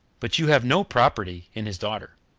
but you have no property in his daughter,